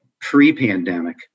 pre-pandemic